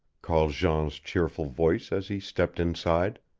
called jean's cheerful voice as he stepped inside.